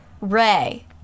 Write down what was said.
Ray